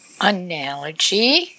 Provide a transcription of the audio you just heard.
analogy